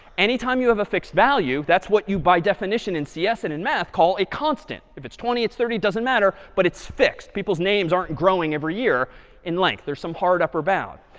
anytime you have a fixed value, that's what you by definition in cs and in math call a constant. if it's twenty, it's thirty, it doesn't matter. but it's fixed. people's names aren't growing every year in length. there's some hard upper bound.